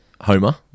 Homer